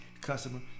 customer